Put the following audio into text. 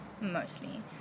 mostly